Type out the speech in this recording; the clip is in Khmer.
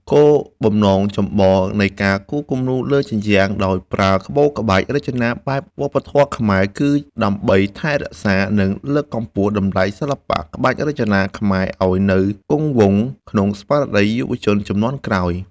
គោលបំណងចម្បងនៃការគូរគំនូរលើជញ្ជាំងដោយប្រើក្បូរក្បាច់រចនាបែបវប្បធម៌ខ្មែរ គឺដើម្បីថែរក្សា និងលើកកម្ពស់តម្លៃសិល្បៈក្បាច់រចនាខ្មែរឱ្យនៅគង់វង្សក្នុងស្មារតីយុវជនជំនាន់ក្រោយ។